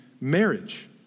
marriage